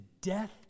death